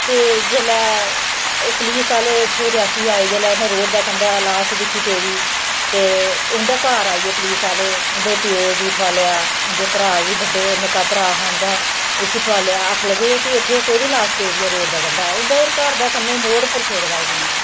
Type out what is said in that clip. ते जिसलै पुलिस आहले इत्थू दा रियासी दा आए जिसलै उ'नें रोड दे कंढै लाश दिक्खी पेदी ते उंदे घर आई गे पुलिस आहले उन्दे प्यो गी ठुआलया उं'दे भ्राऽ गी बड्डे निक्का भ्राऽ हा उं'दा उसी ठुआलया आक्खन लगे के इत्थं कोह्दी लाश पेदी ऐ रोड दे कंढै उं'दे घर दे कन्नै मोड़ उप्पर छोड़े दा उ'नेंगी